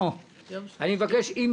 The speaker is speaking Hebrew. אני מבקש ממשרד הביטחון,